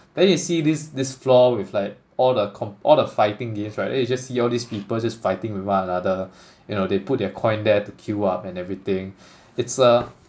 then you see this this floor with like all the com~ all the fighting games right then you just see all these people just fighting with one another you know they put their coin there to queue up and everything it's a